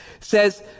says